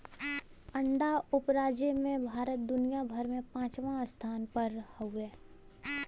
अंडा उपराजे में भारत दुनिया भर में पचवां स्थान पर हउवे